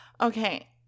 Okay